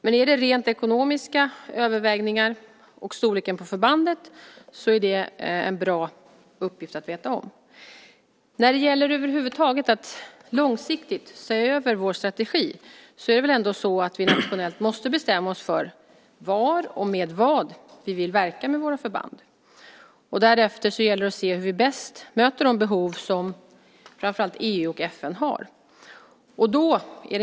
Om det är rent ekonomiska övervägningar och storleken på förbandet är det bra att veta. När det gäller att långsiktigt se över vår strategi måste vi väl nationellt bestämma oss för var och med vad vi vill verka med våra förband. Därefter gäller det att se hur vi bäst möter de behov som framför allt EU och FN har.